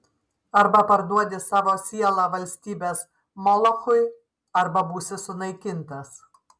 arba parduodi savo sielą valstybės molochui arba būsi sunaikintas